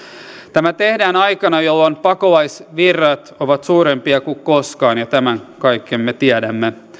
tämä tehdään aikana jolloin pakolaisvirrat ovat suurempia kuin koskaan ja tämän me kaikki tiedämme